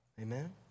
Amen